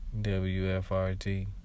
Wfrt